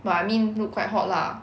but I mean look quite hot lah